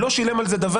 הוא לא שילם על זה דבר,